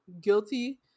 guilty